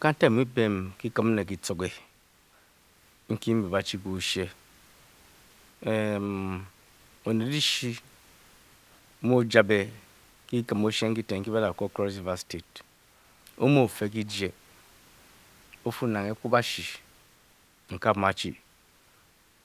Kantik byi mu byi-pem m kyi-kuri ne kyi enye nkyi mbe ba-chi ke oshe. Ee no, onef dyishi mii o-ja be be nua ke kyiee nkyi eten nkyi badako cross river state e-mu e-fe kyija o-fe, nang edruabu nyi a mee a